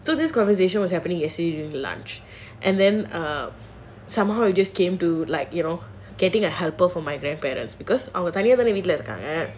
so this conversation was happening yesterday during lunch and then somehow it just came to like you know getting a helper for my grandparents because our தனியாத்தானே வீட்ல இருகாங்க:thaniyathaanae veetla irukaanga